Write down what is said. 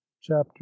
chapter